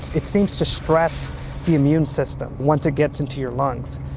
it seems to stress the immune system once it gets into your lungs,